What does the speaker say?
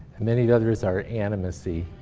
and many others are animacy.